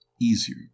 easier